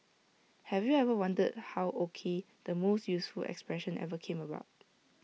have you ever wondered how O K the most useful expression ever came about